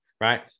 Right